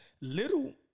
Little